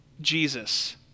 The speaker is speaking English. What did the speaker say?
Jesus